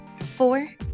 Four